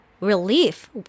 relief